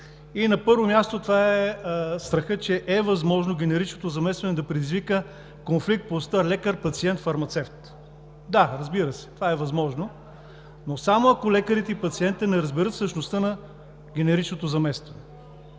На първо място, това е страхът, че е възможно генеричното заместване да предизвика конфликт по оста лекар – пациент – фармацевт. Да, разбира се, това е възможно, но само ако лекарят и пациентът не разберат същността на генеричното заместване.